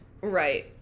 Right